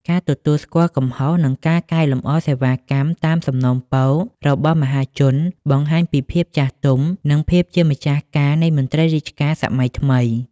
ការទទួលស្គាល់កំហុស និងការកែលម្អសេវាកម្មតាមសំណូមពររបស់មហាជន បង្ហាញពីភាពចាស់ទុំ និងភាពជាម្ចាស់ការនៃមន្ត្រីរាជការសម័យថ្មី។